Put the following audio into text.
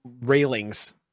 railings